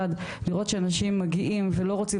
אחד זה לראות שאנשים מגיעים ולא רוצים